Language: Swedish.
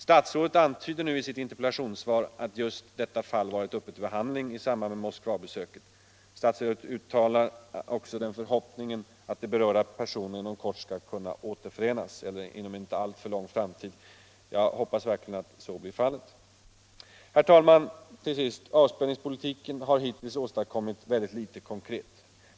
Statsrådet antyder nu i sitt interpellationssvar att just detta fall varit uppe till behandling i samband med Moskvabesöket. Statsrådet uttalar också den förhoppningen att de berörda personerna inom en inte alltför avlägsen framtid skall kunna återförenas. Jag hoppas verkligen att så blir fallet. Herr talman! Avspänningspolitiken har hittills åstadkommit väldigt litet konkret.